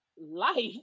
life